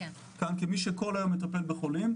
כמי שכל היום מטפל בחולים,